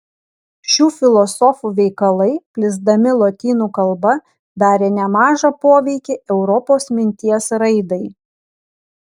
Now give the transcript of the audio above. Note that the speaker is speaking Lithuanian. šių filosofų veikalai plisdami lotynų kalba darė nemažą poveikį europos minties raidai